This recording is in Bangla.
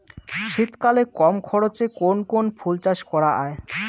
শীতকালে কম খরচে কোন কোন ফুল চাষ করা য়ায়?